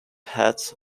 hats